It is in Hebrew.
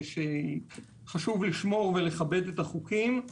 שחשוב לשמור ולכבד את החוקים.